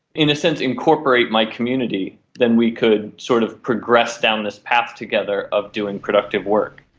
in a sense, incorporate my community then we could sort of progress down this path together of doing productive work.